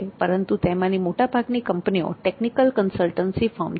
પરંતુ તેમાંની મોટાભાગની કંપનીઓ ટેકનિકલ કન્સલ્ટન્સી ફર્મ છે